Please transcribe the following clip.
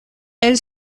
elle